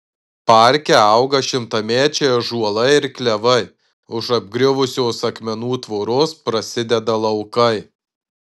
parke auga šimtamečiai ąžuolai ir klevai už apgriuvusios akmenų tvoros prasideda laukai